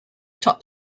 top